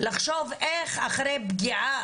לחשוב איך אחרי פגיעה,